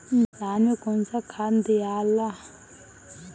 धान मे कौन सा खाद दियाला?